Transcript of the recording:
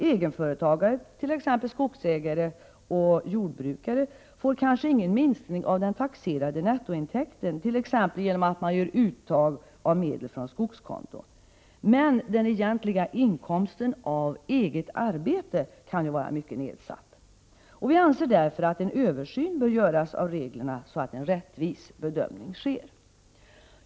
Egenföretagare, bl.a. skogsägare och jordbrukare, får kanske ingen minskning av den taxerade 85 nettointäkten t.ex. genom att man gör uttag av medel från skogskonto, men den egentliga inkomsten av eget arbete kan ju vara mycket nedsatt. Vi anser därför att en översyn bör göras av reglerna, så att en rättvis bedömning sker.